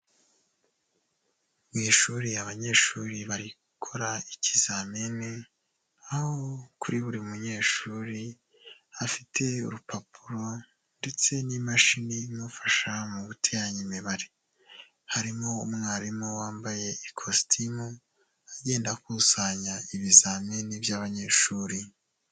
Mu ishuri abanyeshuri bari gukora ikizamini, aho kuri buri munyeshuri afite urupapuro ndetse n'imashini imufasha mu guteranya imibare, harimo umwarimu wambaye ikositimu agenda akusanya ibizamini by'abanyeshuri.